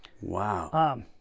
wow